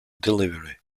delivery